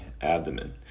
abdomen